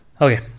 Okay